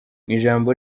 ijambo